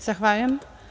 Zahvaljujem.